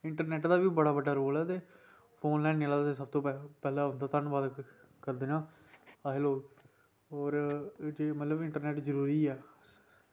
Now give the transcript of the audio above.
internet दा बी बड़ा बड्डा रोल ऐ ते फोन बनाये जिन्ने पैह्लें उंदा धन्नबाद करने आं होर मतलब इंटरनेट जनेही ऐ